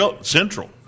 central